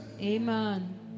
Amen